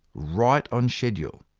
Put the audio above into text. right on schedule.